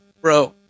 Bro